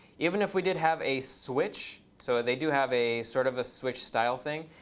even if we did have a switch, so they do have a sort of a switch style thing.